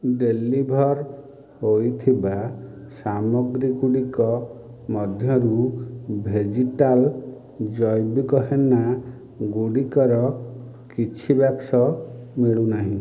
deliver ହୋଇଥିବା ସାମଗ୍ରୀଗୁଡ଼ିକ ମଧ୍ୟରୁ ଭେଜିଟାଲ ଜୈବିକ ହେନା ଗୁଡ଼ିକର କିଛି ବାକ୍ସ ମିଳୁନାହିଁ